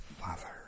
Father